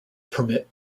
permit